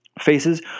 Faces